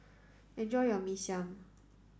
enjoy your Mee Siam